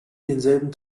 denselben